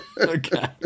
Okay